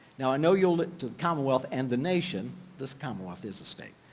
now i know you'll, to the commonwealth and the nation. this commonwealth is a state.